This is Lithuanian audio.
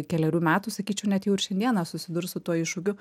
kelerių metų sakyčiau net jau ir šiandieną susidurs su tuo iššūkiu